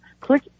click